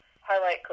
highlight